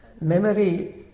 Memory